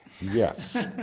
Yes